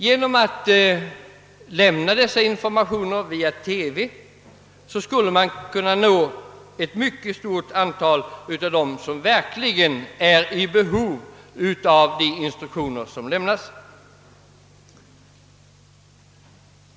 Genom att ge sådan information via TV skulle man kunna nå ett mycket stort antal av dem som verkligen är i behov av de instruktioner som lämnas.